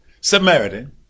Samaritan